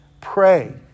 pray